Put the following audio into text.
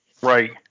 Right